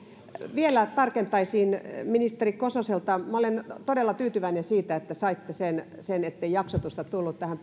vielä tarkentaisin ministeri kososelta minä olen todella tyytyväinen siitä että saitte sen sen ettei jaksotusta tullut tähän